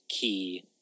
key